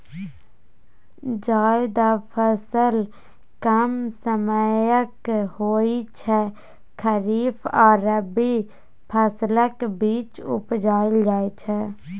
जाएद फसल कम समयक होइ छै खरीफ आ रबी फसलक बीच उपजाएल जाइ छै